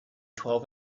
twelve